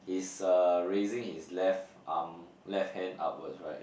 he's uh raising his left arm left hand upwards right